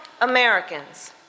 Americans